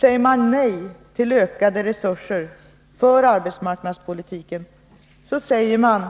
Säger man nej till de ökade resurserna för arbetsmarknadspolitiken, så säger man